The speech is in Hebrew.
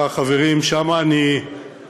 בבקשה, חברים, זו